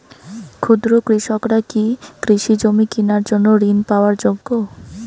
ক্ষুদ্র কৃষকরা কি কৃষিজমি কিনার জন্য ঋণ পাওয়ার যোগ্য?